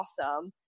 awesome